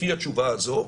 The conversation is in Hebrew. לפי התשובה הזו,